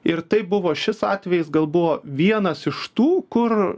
ir tai buvo šis atvejis gal buvo vienas iš tų kur